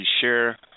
share